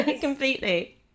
completely